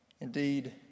Indeed